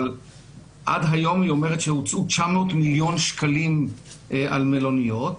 אבל היא אומרת שעד היום הוצאו 900 מיליון שקלים על מלוניות.